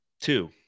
Two